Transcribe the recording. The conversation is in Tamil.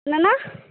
என்னண்ணா